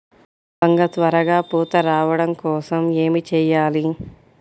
వంగ త్వరగా పూత రావడం కోసం ఏమి చెయ్యాలి?